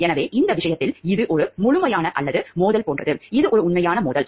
எனவே இந்த விஷயத்தில் இது ஒரு முழுமையான அல்லது மோதல் போன்றது இது ஒரு உண்மையான மோதல்